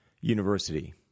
University